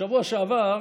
בשבוע שעבר